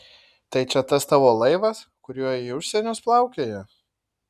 tai čia tas tavo laivas kuriuo į užsienius plaukioji